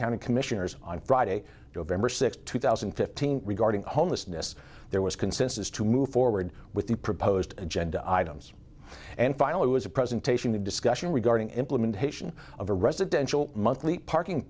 county commissioners on friday november sixth two thousand and fifteen regarding homelessness there was consensus to move forward with the proposed agenda items and finally was a presentation a discussion regarding implementation of a residential monthly parking